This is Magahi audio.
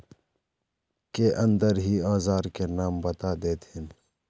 के अंदर ही औजार के नाम बता देतहिन?